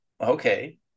Okay